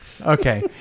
Okay